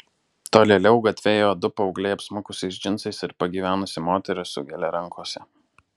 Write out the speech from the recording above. tolėliau gatve ėjo du paaugliai apsmukusiais džinsais ir pagyvenusi moteris su gėle rankose